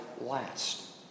last